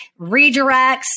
redirects